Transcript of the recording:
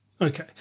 Okay